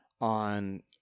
on